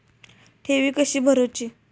ठेवी कशी भरूची?